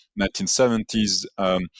1970s